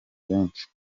benshi